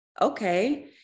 Okay